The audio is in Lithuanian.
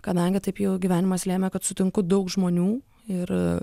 kadangi taip jau gyvenimas lėmė kad sutinku daug žmonių ir